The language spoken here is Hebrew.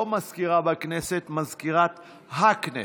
לא מזכירה בכנסת, מזכירת הכנסת.